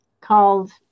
called